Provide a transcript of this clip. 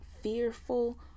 fearful